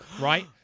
right